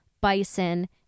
Bison